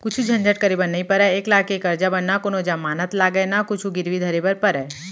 कुछु झंझट करे बर नइ परय, एक लाख के करजा बर न कोनों जमानत लागय न कुछु गिरवी धरे बर परय